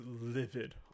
livid